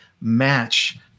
match